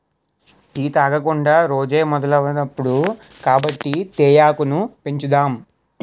tea తాగకుండా రోజే మొదలవదిప్పుడు కాబట్టి తేయాకును పెంచుదాం